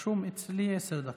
רשום אצלי: עשר דקות.